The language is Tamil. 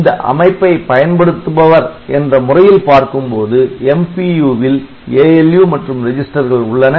இந்த அமைப்பை பயன்படுத்துபவர் என்ற முறையில் பார்க்கும்போது MPU வில் ALU மற்றும் ரெஜிஸ்டர்கள் உள்ளன